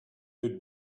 would